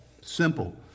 simple